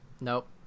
Nope